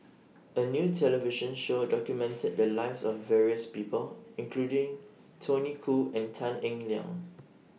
A New television Show documented The Lives of various People including Tony Khoo and Tan Eng Liang